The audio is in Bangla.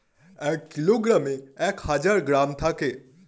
এক কিলোগ্রামে এক হাজার গ্রাম থাকে